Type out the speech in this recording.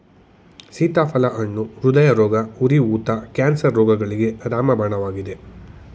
ಸೀತಾಫಲ ಹಣ್ಣು ಹೃದಯರೋಗ, ಉರಿ ಊತ, ಕ್ಯಾನ್ಸರ್ ರೋಗಗಳಿಗೆ ರಾಮಬಾಣವಾಗಿದೆ